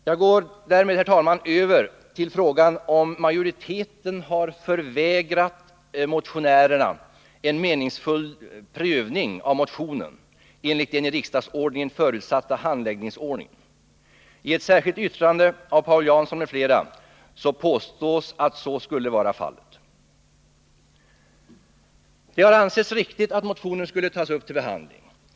Jag går därmed, herr talman, över till frågan om huruvida majoriteten har förvägrat motionärerna en meningsfull prövning av motionen enligt den i riksdagsordningen förutsatta handläggningsordningen. I ett särskilt yttrande av Paul Jansson m.fl. påstås att så skulle vara fallet. Det har ansetts riktigt att motionen skulle tas upp till behandling.